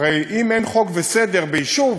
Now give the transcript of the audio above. הרי אם אין חוק וסדר ביישוב,